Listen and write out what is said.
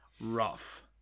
rough